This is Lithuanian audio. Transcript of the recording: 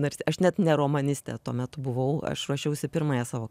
nors aš net ne romanistė tuomet buvau aš ruošiausi pirmąją savo